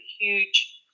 huge